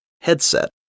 headset